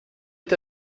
est